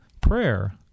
Prayer